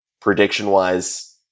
Prediction-wise